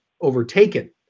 overtaken